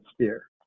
sphere